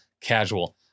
casual